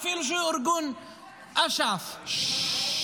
אפילו שהוא אש"ף -- ששש.